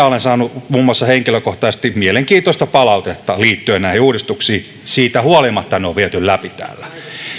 olen saanut henkilökohtaisesti mielenkiintoista palautetta liittyen näihin uudistuksiin siitä huolimatta ne on viety läpi täällä